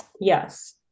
yes